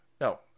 No